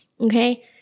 okay